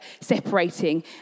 separating